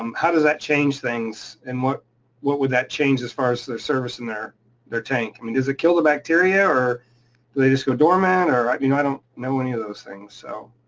um how does that change things and what what would that change as far as their servicing their their tank? i mean does it kill the bacteria or do they just go dormant or. i mean i don't know any of those things, so.